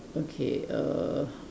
okay err